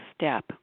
step